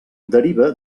deriva